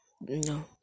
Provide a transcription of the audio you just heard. No